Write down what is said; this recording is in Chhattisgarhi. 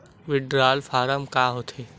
विड्राल फारम का होथे?